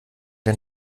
mit